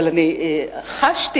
אבל חשתי,